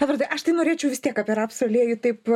edvardai aš tai norėčiau vis tiek apie rapsų aliejų taip